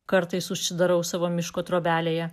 kartais užsidarau savo miško trobelėje